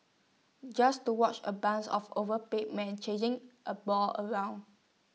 just to watch A bunch of overpaid men chasing A ball around